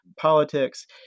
politics